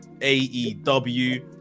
aew